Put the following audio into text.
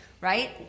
right